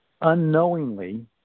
unknowingly –